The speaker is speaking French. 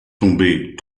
tomber